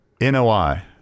NOI